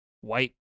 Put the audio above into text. white